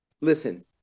listen